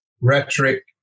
rhetoric